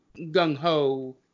gung-ho